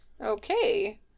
Okay